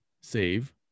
save